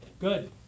Good